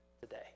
today